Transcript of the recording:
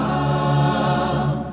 Come